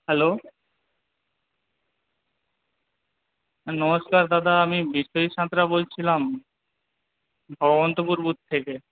hello হ্যাঁ নমস্কার দাদা আমি বিশ্বজিত সাঁতরা বলছিলাম ভবন্তপুর বুথ থেকে